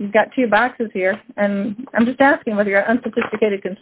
i'm got two boxes here and i'm just asking whether you're unsophisticated